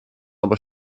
aber